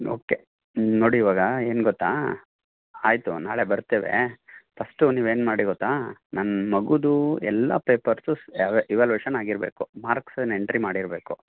okay ನೋಡಿ ಇವಾಗ ಏನು ಗೊತ್ತಾ ಆಯ್ತು ನಾಳೆ ಬರ್ತೇವೆ ಪಸ್ಟು ನೀವೇನು ಮಾಡಿ ಗೊತ್ತಾ ನನ್ನ ಮಗುದೂ ಎಲ್ಲ ಪೇಪರ್ಸು ಇವಾಲ್ಯುವೇಷನ್ ಆಗಿರಬೇಕು ಮಾರ್ಕ್ಸನ ಎಂಟ್ರಿ ಮಾಡಿರಬೇಕು